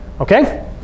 okay